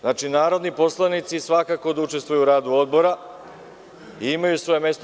Znači, narodni poslanici svako učestvuju u radu odbora i imaju svoje mesto.